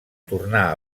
tornà